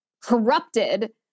corrupted